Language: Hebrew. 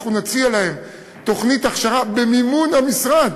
אנחנו נציע להן תוכנית הכשרה במימון המשרד.